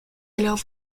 allèrent